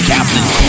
Captain